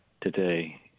today